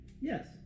Yes